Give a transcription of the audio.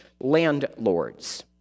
landlords